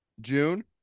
June